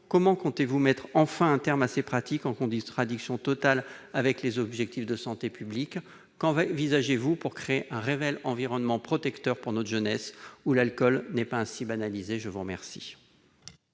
Comment comptez-vous mettre enfin un terme à ces pratiques en contradiction totale avec les objectifs de santé publique ? Qu'envisagez-vous pour créer un réel environnement protecteur pour notre jeunesse où l'alcool ne serait pas ainsi banalisé ? La parole